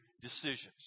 decisions